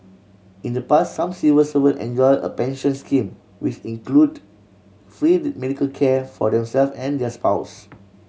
in the pass some civil servant enjoy a pension scheme which include free medical care for themself and their spouse